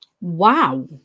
Wow